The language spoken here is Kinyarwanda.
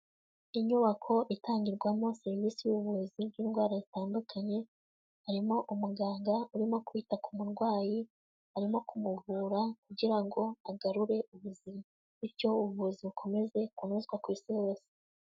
Inyubako itangirwamo serivisi z'ubuvuzi bw'indwara zitandukanye harimo umuganga urimo kwita ku murwayi arimo kumuvura kugira ngo agarure ubuzima, bityo ubuzi bukomeze kunozwa ku isi hose.